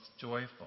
joyful